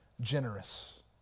generous